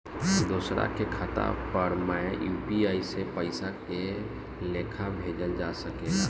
दोसरा के खाता पर में यू.पी.आई से पइसा के लेखाँ भेजल जा सके ला?